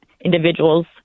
individuals